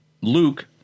Luke